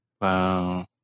Wow